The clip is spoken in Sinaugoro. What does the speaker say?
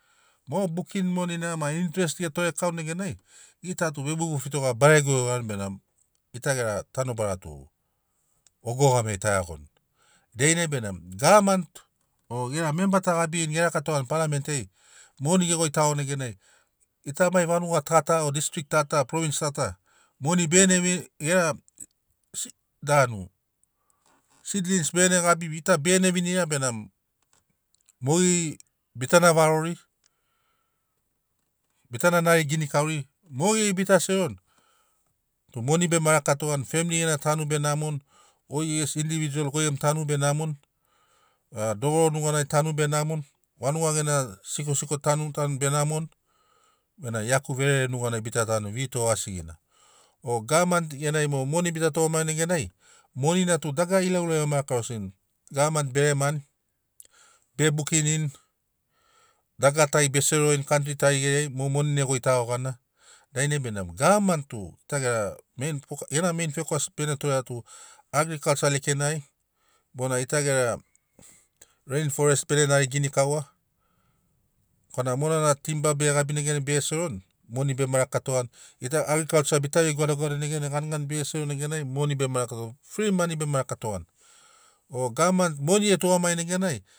Mo bukini monina ma intrest ge tore kauni neganai gita tu vebubufitoga barego ge gorani benamo gita gera tanobara tu ogogamiai ta iagoni dainai benamo gavamani o gera memba ta gabirini ge rakatogani palament ai moni ge goitagoni neganai gita mai vanuga ta ta o distrik ta ta provins ta ta moni begene vin gera se danu sidlins begene gabi gita begene vinira benamo mogeri bitana varori bitana nari ginikauri mogeri bita seroni tu moni bema rakatogani femili gena tanu be namoni goi es individuols goi gemu tanu be namoni a dogoro nuganai tanu be namoni vanuga gena sikosiko tanutanu be namoni benamo iaku verereai nuganai bita tanuni vito asigina o gavamani genai mo moni bita tugamagini neganai moni na tu dagara ilau ilau ema rakarosini gavamani be lemani be bukinini dagara tari be serorini kantri tari geriai mo moni ne goitago gana dainai benamo gavamani tu gita gera main fo- gera mein fokas bene torea tu agrikalsa lekenai bona gita gera reinforest bene nariginakaua korana mona na timba bege gabini neganai bege seroni moni bema rakatogani gita agrikalsa bita vei goadagoada neganai ganigani bege seroni neganai moni bema rakatogani fri mani bema rakatogani o gavamani moni e tugamagini negani.